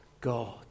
God